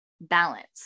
balance